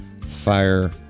fire